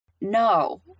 no